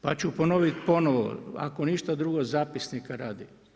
Pa ću ponoviti ponovo, ako ništa drugo zapisnika radi.